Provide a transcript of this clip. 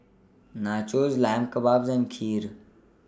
Nachos Lamb Kebabs and Kheer